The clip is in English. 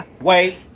wait